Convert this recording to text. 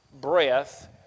breath